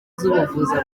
z’ubuvuzi